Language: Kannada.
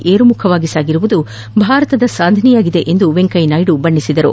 ಏರುಮುಖವಾಗಿ ಸಾಗಿರುವುದು ಭಾರತದ ಸಾಧನೆಯಾಗಿದೆ ಎಂದು ವೆಂಕಯ್ಯನಾಯ್ಡು ಬಣ್ಣೆಸಿದರು